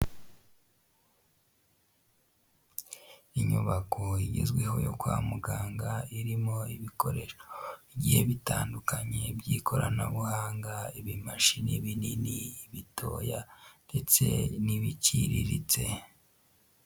Inyubako igezweho yo kwa muganga irimo ibikoresho bigiye bitandukanye by'ikoranabuhanga, ibimashini binini, ibitoya ndetse n'ibiciriritse.